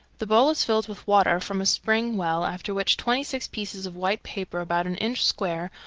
the bowl is filled with water from a spring-well, after which twenty-six pieces of white paper about an inch square,